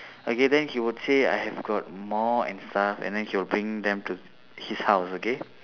okay then he would say I have got more and stuff and then he would bring them to his house okay